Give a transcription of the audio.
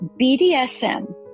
BDSM